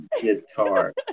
guitar